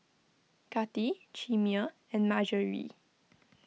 Kati Chimere and Margery